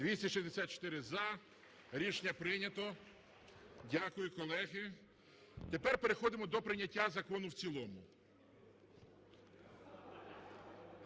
За-264 Рішення прийнято. Дякую, колеги. Тепер переходимо до прийняття закону в цілому.